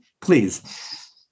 please